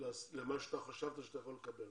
למה שחשבת שאתה יכול לקבל.